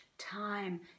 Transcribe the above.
time